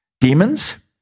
Demons